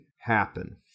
happen